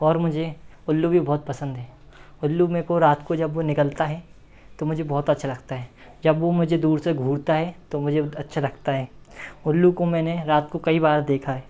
और मुझे उल्लू भी बहुत पसंद हैं उल्लू मेरे को रात को जब वो निकलता है तो मुझे बहुत अच्छा लगते हैं जब वो मुझे दूर से घूरता है तो मुझे बहुत अच्छा लगता हैं उल्लू को मैंने रात को कई बार देखा है